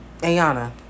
Ayana